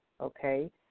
okay